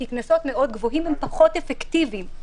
כי קנסות גבוהים מאוד הם פחות אפקטיביים,